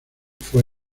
fue